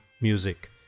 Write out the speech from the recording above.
music